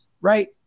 right